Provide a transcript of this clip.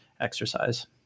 exercise